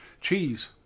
Cheese